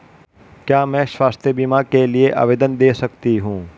क्या मैं स्वास्थ्य बीमा के लिए आवेदन दे सकती हूँ?